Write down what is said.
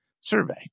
survey